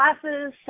classes